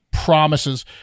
promises